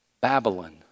Babylon